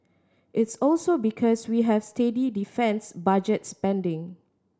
it's also because we have steady defence budget spending